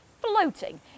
floating